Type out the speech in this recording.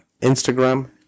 Instagram